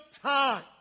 time